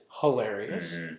hilarious